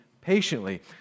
patiently